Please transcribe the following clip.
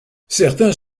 certains